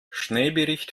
schneebericht